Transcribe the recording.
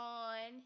on